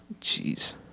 Jeez